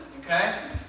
Okay